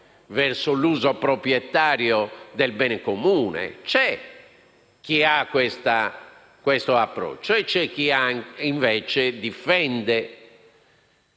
verso un uso proprietario del bene comune. C'è chi ha questo approccio e chi invece difende